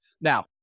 Now